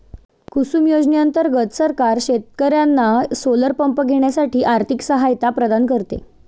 कुसुम योजने अंतर्गत सरकार शेतकर्यांना सोलर पंप घेण्यासाठी आर्थिक सहायता प्रदान करते